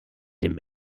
dem